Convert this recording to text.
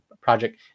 project